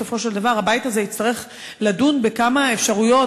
בסופו של דבר הבית הזה יצטרך לדון בכמה אפשרויות.